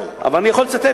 אבל אני יכול לצטט,